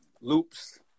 loops